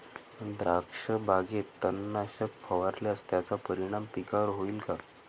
द्राक्षबागेत तणनाशक फवारल्यास त्याचा परिणाम पिकावर होईल का?